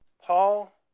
Paul